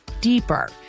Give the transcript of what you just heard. deeper